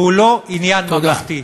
והוא לא עניין ממלכתי?